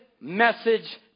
message